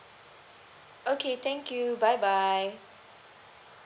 okay thank you bye bye